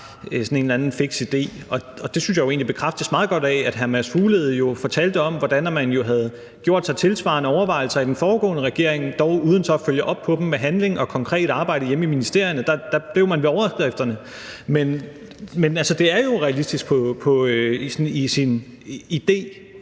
sådan en eller anden fiks idé. Og det synes jeg egentlig bekræftes meget godt af, at hr. Mads Fuglede fortalte om, hvordan man jo havde gjort sig tilsvarende overvejelser i den foregående regering, dog uden så at følge op på dem med handling og konkret arbejde hjemme i ministerierne. Der blev man ved overskrifterne. Men altså, det er jo realistisk i sin idé.